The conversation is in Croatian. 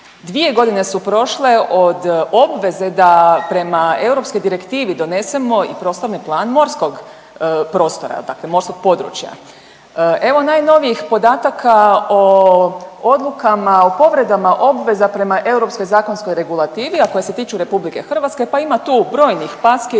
2 godine su prošle od obveze da prema europskoj direktivi donesemo i prostorni plan morskog prostora, dakle morskog područja. Evo najnovijih podataka o odlukama o povredama obveza prema europskoj zakonskoj regulativi, a koje se tiču RH pa ima tu brojnih packi